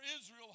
Israel